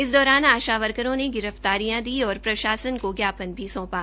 इस दौरान आशा वर्करों ने गिरफ्तारियां दी और प्रशासन को ज्ञापन भी सौंपा